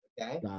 okay